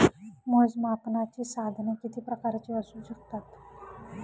मोजमापनाची साधने किती प्रकारची असू शकतात?